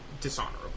dishonorable